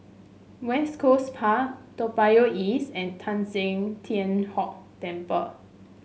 West Coast Park Toa Payoh East and Teng San Tian Hock Temple